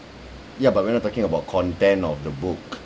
ya but we're not talking about content of the book